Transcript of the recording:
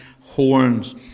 horns